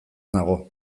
nago